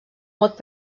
mot